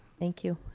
thank you.